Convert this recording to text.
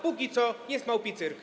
Póki co jest małpi cyrk.